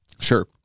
Sure